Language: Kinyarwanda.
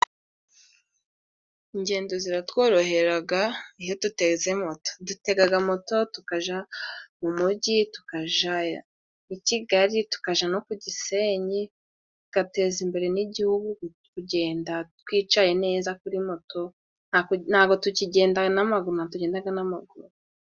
Ingendo ziratworohera iyo dutezemo moto, dutega moto tukajya mu mujyi, tukajya i kigali, tukajya no ku gisenyi, tugateza imbere n'igihugu, kugenda twicaye neza kuri moto, ntabwo tukigenda n'amaguma, ntabwo tugenda n'amaguru.